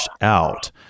out